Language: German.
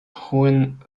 hohen